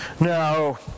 Now